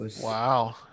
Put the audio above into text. Wow